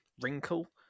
wrinkle